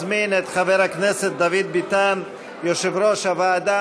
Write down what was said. חבר הכנסת דוד ביטן, יושב-ראש הוועדה